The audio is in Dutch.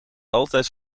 altijd